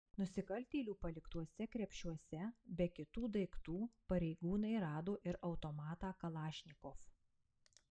nusikaltėlių paliktuose krepšiuose be kitų daiktų pareigūnai rado ir automatą kalašnikov